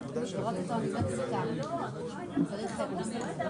הצורה שבה הוא מתנהל, שיש פה בעצם סוג של דלגציה